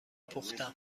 پختم